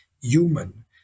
human